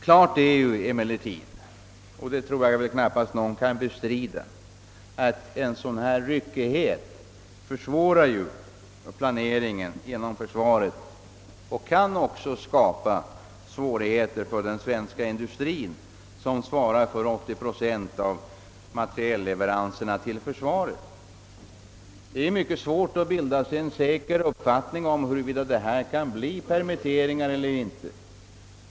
Klart är emellertid — och det tror jag knappast någon vill bestrida — att en dylik ryckighet försvårar planeringen inom försvaret och kan skapa svårigheter för den svenska industrien, som svarar för 80 procent av materielleveranserna till försvaret. Det är mycket svårt att bilda sig en säker uppfattning om huruvida det här kan bli permitteringar.